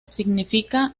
significa